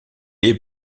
est